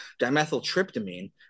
Dimethyltryptamine